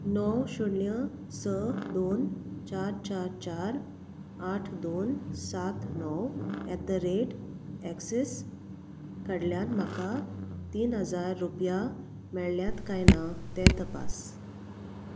णव शुन्य स दोन चार चार चार आठ दोन सात णव एट द रेट एक्सीस कडल्यान म्हाका तीन हजार रुपया मेळ्ळ्यात काय ना तें तपास